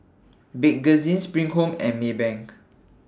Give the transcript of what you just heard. Bakerzin SPRING Home and Maybank